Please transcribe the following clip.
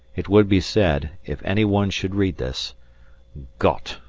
it would be said, if any one should read this gott!